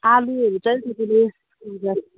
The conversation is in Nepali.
आलुहरू चाहिँ अलिकतिले